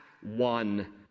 one